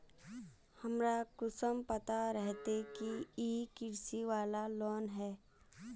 हमरा कुंसम पता रहते की इ कृषि वाला लोन है?